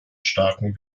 starken